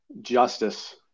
justice